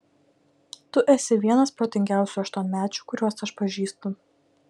tu esi vienas protingiausių aštuonmečių kuriuos aš pažįstu